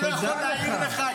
אני לא יכול להעיר לך,